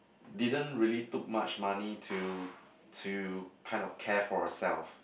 didn't really took much money to to kind of care for herself